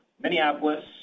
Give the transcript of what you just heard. Minneapolis